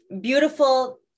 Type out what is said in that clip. beautiful